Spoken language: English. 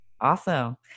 Awesome